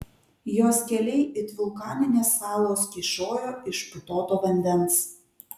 jos keliai it vulkaninės salos kyšojo iš putoto vandens